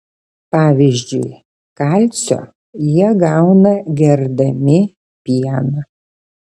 pavyzdžiui kalcio jie gauna gerdami pieną